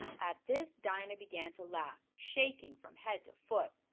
at this dinah began to laugh, shaking from head to foot.